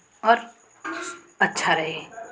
और अच्छा रहे